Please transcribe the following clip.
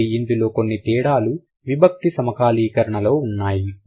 కాబట్టి ఇందులో కొన్ని తేడాలు విభక్తి సమకాలీకరణ లో ఉన్నాయి